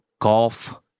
golf